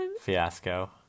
fiasco